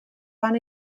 van